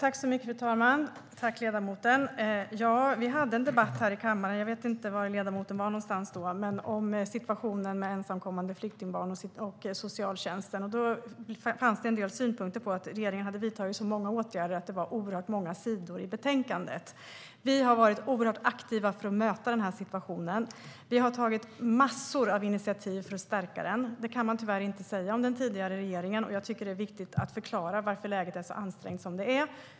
Fru talman! Jag tackar ledamoten. Jag vet inte var ledamoten var då, men vi hade en debatt i kammaren om situationen med ensamkommande flyktingbarn och socialtjänsten. Då fanns det en del synpunkter på att regeringen hade vidtagit så många åtgärder att det var oerhört många sidor i betänkandet. Vi har varit mycket aktiva för att möta den här situationen. Vi har tagit massor av initiativ för att stärka socialtjänsten. Det kan man tyvärr inte säga om den tidigare regeringen, och jag tycker att det är viktigt att förklara varför läget är så ansträngt som det är.